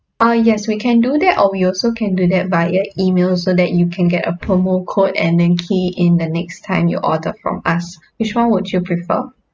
uh yes we can do that or we also can do that via email so that you can get a promo code and then key it in the next time you order from us which one would you prefer